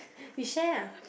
we share